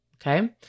Okay